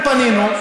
אנחנו פנינו,